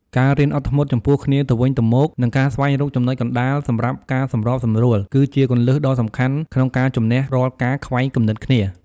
ការរៀនអត់ធ្មត់ចំពោះគ្នាទៅវិញទៅមក និងការស្វែងរកចំណុចកណ្តាលសម្រាប់ការសម្របសម្រួល គឺជាគន្លឹះដ៏សំខាន់ក្នុងការជម្នះរាល់ការខ្វែងគំនិតគ្នា។